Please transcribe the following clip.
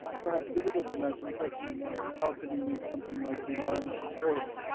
perhaps difficult to imagine question. like how could we make something like the environmental court?